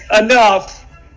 enough